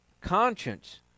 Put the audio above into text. Conscience